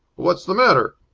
what's the matter?